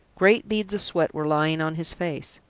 great beads of sweat were lying on his face.